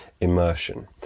immersion